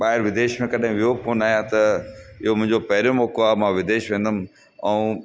ॿाहिरि विदेश में कॾैं वयो कोन आयां त इयो मुंजो पहिरियों मौको आ मां विदेश वेंदुमि अऊं